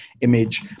image